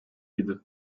idi